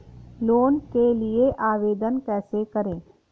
Loan के लिए आवेदन कैसे करें?